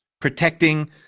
protecting